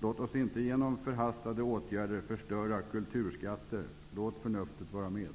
Låt oss inte genom förhastade åtgärder förstöra kulturskatter. Låt förnuftet vara med!